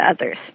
others